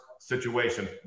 situation